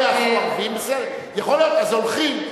יכול להיות, אז הולכים.